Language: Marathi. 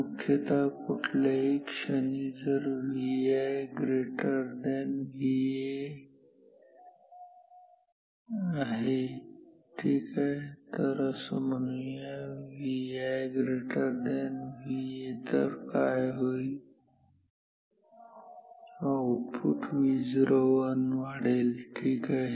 मुख्यतः कुठल्याही क्षणी जर Vi VA ठीक आहे तर असं म्हणूया Vi VA तर काय होईल आउटपुट Vo1 वाढेल ठीक आहे